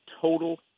total